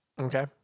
Okay